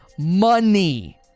money